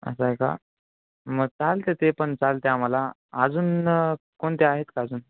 असं आहे का मग चालते ते पण चालते आम्हाला अजून कोणते आहेत का अजून